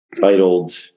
titled